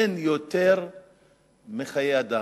אין יותר מחיי אדם.